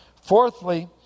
Fourthly